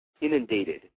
inundated